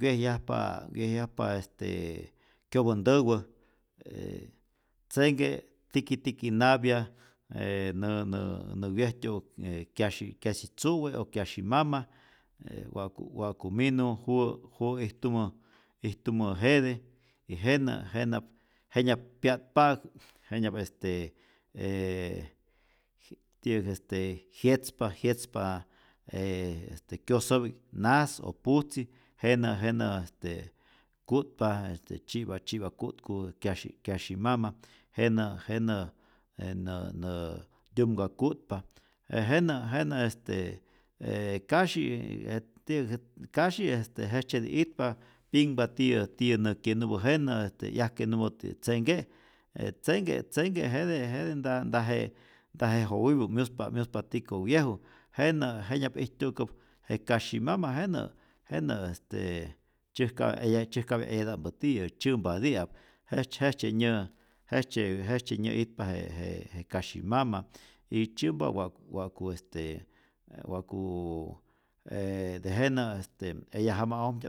wyejyajpa, wyejyajpa este kyopäntäwä, e tzenhke tikitiki napya e nä nä wyejtyo'u'k kyasyi kyasi tzu'we' o kyasyi mama e wa'ku wa'ku minu juwä juwä ijtumä ijtumä jete y jenä jenäp jenya'p pya'tpa'äk jenyap este e ti'yäk este jyetzpa jetzpa e este kyosopik nas o putzi jenä jenä' este ku'tpa, tzyipa tzyipa ku'tku' kyasyi' kyasyi mama, jena' jenä nä nä tyumka ku'tpa, je jenä este e kasyi je ti'yäk je kasyi jejtzyeti itpa, pyinhpa tiyä tiyä nä kyenupä jenä, 'yajkenupä ti' tzenhke', je tzenhke tzenhke' jete jete ntaje ntaje jowipä, myuspa myuspa tiko' wyeju, jenä' jenya'p ijtu'kap je kasyi mama jenä', jenä este tzyäjkapya eya tzyäjkapya eyata'mpä tiyä, tzyämpati'ap, jejtzy jetzye nyä, jejtzye nyä'itpa je je kasyi mama y tzyämpa wa'k wa'ku este wa'kuuu ee tejenä este eya jama'ojmtya'p